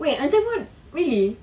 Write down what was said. wait ng teng fong really